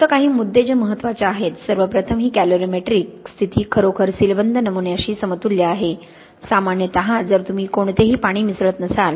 फक्त काही मुद्दे जे महत्वाचे आहेत सर्व प्रथम ही कॅलरीमेट्रिक स्थिती खरोखर सीलबंद नमुन्याशी समतुल्य आहे सामान्यतः जर तुम्ही कोणतेही पाणी मिसळत नसाल